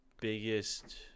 biggest